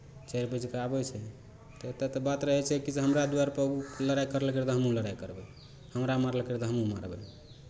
चरि बुलि कऽ आबै छै तऽ एतय तऽ बात रहै छै कि जे हमरा दुआरिपर ओ लड़ाइ करलकै रहए तऽ हमहूँ लड़ाइ करबै हमरा मारलकै रहए तऽ हमहूँ मारबै